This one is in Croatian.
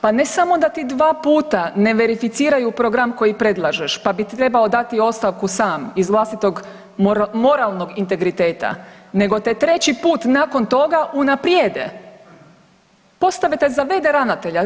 Pa ne samo da ti dva puta ne verificiraju program koji predlažeš pa bi trebao dati ostavku sam iz vlastitog moralnog integriteta, nego te treći put nakon toga unaprijede, postave te za v.d. ravnatelja.